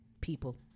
people